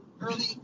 early